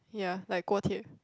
ya like 锅贴:guo-tie